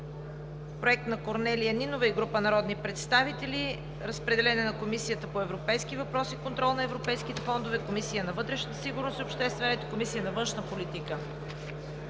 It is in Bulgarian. Проектът е на Корнелия Нинова и група народни представители. Разпределен е на Комисията по европейски въпроси и контрол на европейските фондове, Комисията по вътрешна сигурност и обществен ред и Комисията на външна политика.